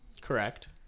correct